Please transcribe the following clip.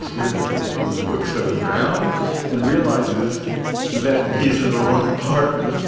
monsieur de fontgibu looks around and realizes that he's in the wrong apartment.